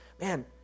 Man